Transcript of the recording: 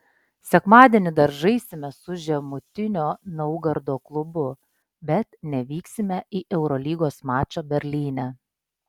sekmadienį dar žaisime su žemutinio naugardo klubu bet nevyksime į eurolygos mačą berlyne